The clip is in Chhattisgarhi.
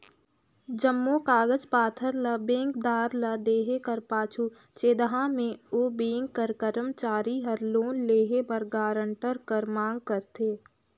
जम्मो कागज पाथर ल बेंकदार ल देहे कर पाछू छेदहा में ओ बेंक कर करमचारी हर लोन लेहे बर गारंटर कर मांग करथे